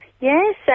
Yes